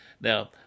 Now